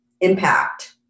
impact